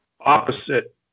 opposite